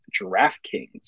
DraftKings